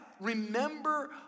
remember